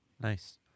Nice